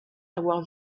avoir